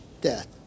death